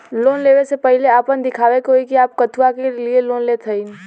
Loan ले वे से पहिले आपन दिखावे के होई कि आप कथुआ के लिए लोन लेत हईन?